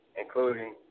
including